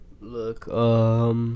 Look